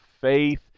faith